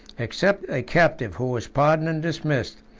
except a captive, who was pardoned and dismissed,